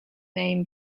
name